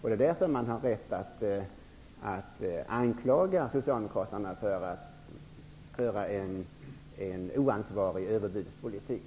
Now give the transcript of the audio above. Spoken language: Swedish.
Det är därför som man har rätt att anklaga Socialdemokraterna för att föra en oansvarig överbudspolitik.